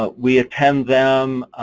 but we attend them,